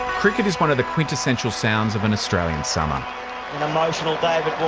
cricket is one of the quintessential sounds of an australian summer. an emotional but